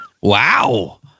Wow